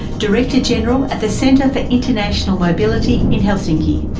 director general at the centre for international mobility in helsinki,